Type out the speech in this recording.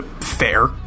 Fair